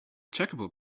checkerboard